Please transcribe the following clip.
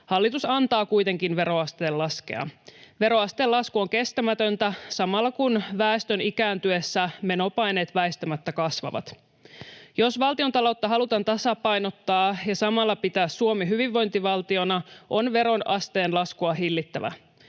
Hallitus antaa kuitenkin veroasteen laskea. Veroasteen lasku on kestämätöntä samalla, kun väestön ikääntyessä menopaineet väistämättä kasvavat. Jos valtiontaloutta halutaan tasapainottaa ja samalla pitää Suomi hyvinvointivaltiona, on veroasteen laskua hillittävä.